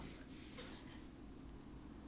primary colours all not bad